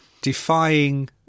defying